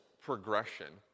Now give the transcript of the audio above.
progression